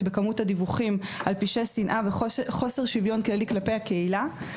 בכמות הדיווחים על פשעי שנאה וחוסר שיוויון כללי כלפי הקהילה.